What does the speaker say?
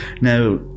Now